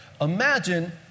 Imagine